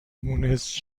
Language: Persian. مونس